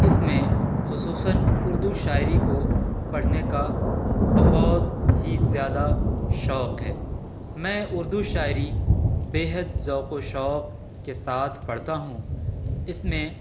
اس میں خصوصاً اردو شاعری كو پڑھنے كا بہت ہی زیادہ شوق ہے میں اردو شاعری بےحد ذوق و شوق کے ساتھ پڑھتا ہوں اس میں